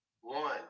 one